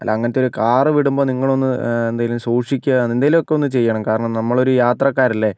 അല്ല അങ്ങനത്തെ ഒരു കാർ വിടുമ്പം നിങ്ങൾ ഒന്ന് എന്തെങ്കിലും സൂക്ഷിക്കുക എന്തെങ്കിലും ഒക്കെ ഒന്ന് ചെയ്യണം കാരണം നമ്മളൊരു യാത്രക്കാരല്ലേ